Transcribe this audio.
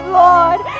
lord